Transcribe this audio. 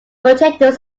potatoes